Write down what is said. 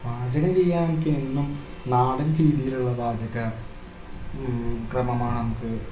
പാചകം ചെയ്യാന് എനിക്കെന്നും നാടന് രീതിയിലുള്ള പാചകാ ക്രമമാണ് നമുക്ക്